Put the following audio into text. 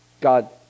God